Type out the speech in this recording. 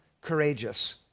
courageous